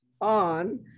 on